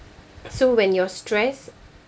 so when you're stress